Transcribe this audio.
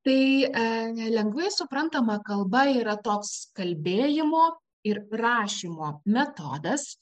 tai e nelengvai suprantama kalba yra toks kalbėjimo ir rašymo metodas